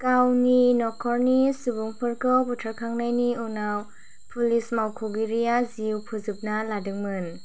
गावनि न'खरनि सुबुंफोरखौ बुथारखांनायनि उनाव पुलिस मावख'गिरिया जिउ फोजोबना लादोंमोन